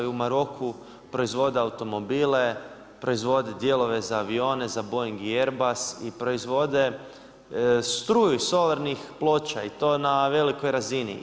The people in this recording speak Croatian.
U Maroku proizvode automobile, proizvode dijelove za avione, za boing i erbas i proizvode struju solarnih ploča i to na velikoj razini.